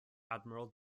admiral